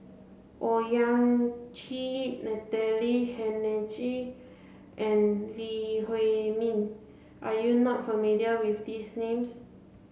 Owyang Chi Natalie Hennedige and Lee Huei Min are you not familiar with these names